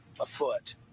afoot